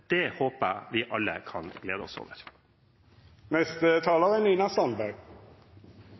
Det håper jeg vi alle kan glede oss